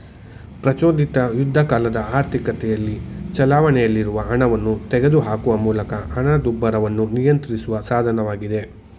ಪ್ರಚೋದಿತ ಯುದ್ಧಕಾಲದ ಆರ್ಥಿಕತೆಯಲ್ಲಿ ಚಲಾವಣೆಯಲ್ಲಿರುವ ಹಣವನ್ನ ತೆಗೆದುಹಾಕುವ ಮೂಲಕ ಹಣದುಬ್ಬರವನ್ನ ನಿಯಂತ್ರಿಸುವ ಸಾಧನವಾಗಿದೆ